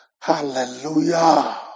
Hallelujah